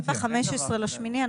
אנחנו נבוא ב-15 באוגוסט עם התוכנית.